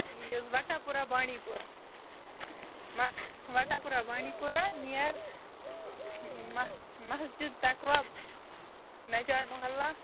یہِ حظ Watapora Bandipora Watapora Bandipora near مَسجِد تَقوا نجار محلہ